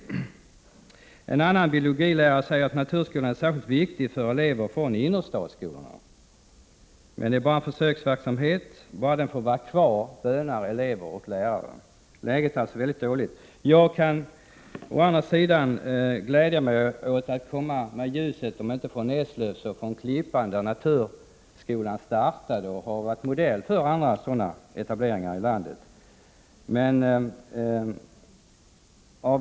En annan biologilärare säger 51 att naturskolorna är särskilt viktiga för elever från innerstadsskolorna. Men detta är bara en försöksverksamhet. Låt den få vara kvar, bönar elever och lärare. — Läget är alltså mycket dåligt. Jag kan å andra sidan glädja mig åt att komma med ljuset, om inte från Eslöv så från Klippan, där naturskolan startade. Den har varit modell för andra sådana etableringar i landet.